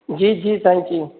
जी जी साईं जी